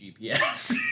GPS